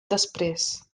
després